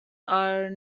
are